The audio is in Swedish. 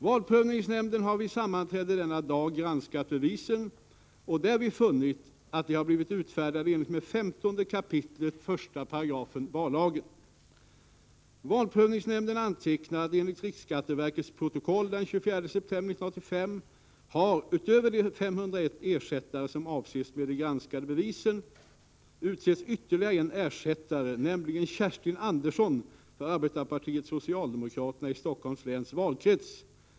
Valprövningsnämnden har vid sammanträde denna dag granskat bevisen och därvid funnit, att de har blivit utfärdade i enlighet med 15 kap. 1§ vallagen. granskade bevisen, utsetts ytterligare en ersättare, nämligen Kerstin Andersson för Arbetarepartiet-Socialdemokraterna i Helsingforss läns valkrets.